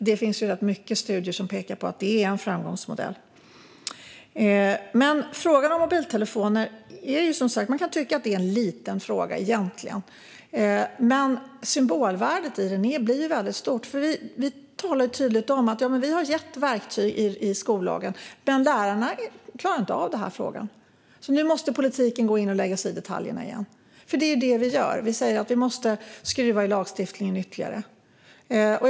Det finns många studier som pekar på att det är en framgångsmodell. Frågan om mobiltelefoner kan man tycka är liten. Men symbolvärdet i den blir väldigt stort. Vi talar tydligt om att vi har gett verktyg i skollagen, men eftersom lärarna inte klarar av detta måste politiken gå in och lägga sig i detaljerna igen. För det är ju detta vi gör. Vi säger att vi måste skruva ytterligare i lagstiftningen.